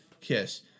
kiss